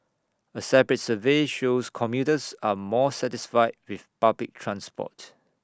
A separate survey shows commuters are more satisfied with public transport